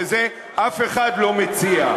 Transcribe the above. ואת זה אף אחד לא מציע,